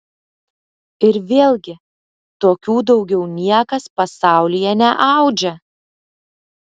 ir vėlgi tokių daugiau niekas pasaulyje neaudžia